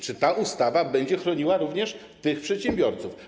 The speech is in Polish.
Czy ta ustawa będzie chroniła również tych przedsiębiorców?